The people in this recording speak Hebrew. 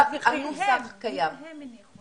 עוד לא הנחנו.